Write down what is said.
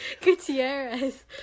Gutierrez